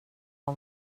har